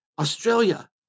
Australia